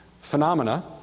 Phenomena